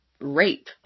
rape